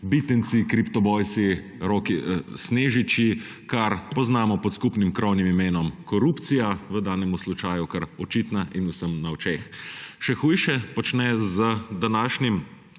bitenci, kriptoboysi, roki snežiči, kar poznamo pod skupnim krovnim imenom korupcija, v danem slučaju kar očitna in vsem na očeh. Še hujše počne z današnjim